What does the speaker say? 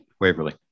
Waverly